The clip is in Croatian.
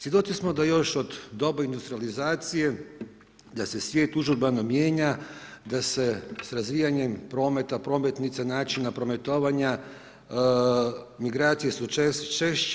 Svjedoci smo da još od doba industrijalizacije, da se svijet užurbano mijenja, da se s razvijanjem prometa, prometnica, načina prometovanja migracije su češće.